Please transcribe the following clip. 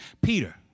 Peter